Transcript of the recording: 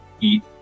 eat